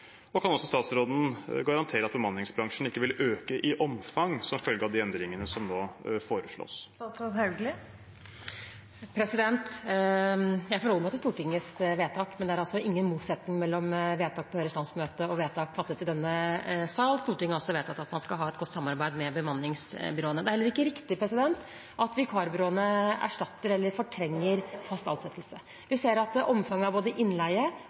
Og kan statsråden også garantere at bemanningsbransjen ikke vil øke i omfang som følge av de endringene som nå foreslås? Jeg forholder meg til Stortingets vedtak, men det er altså ingen motsetning mellom vedtak på Høyres landsmøte og vedtak fattet i denne sal. Stortinget har også vedtatt at man skal ha et godt samarbeid med bemanningsbyråene. Det er heller ikke riktig at vikarbyråene erstatter eller fortrenger fast ansettelse. Vi ser at omfanget av både innleie